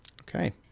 Okay